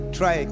try